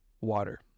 water